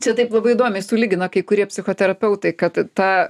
čia taip labai įdomiai sulygino kai kurie psichoterapeutai kad ta